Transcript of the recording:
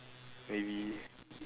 maybe